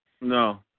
No